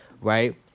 right